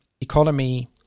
economy